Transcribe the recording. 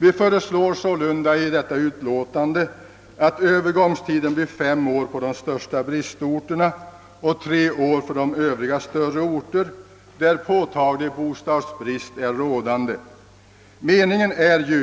Vi föreslår sålunda att övergångstiden skall bli fem år på de största bristorterna och tre år för övriga större orter, där påtaglig bostadsbrist är rådande. Meningen är alltså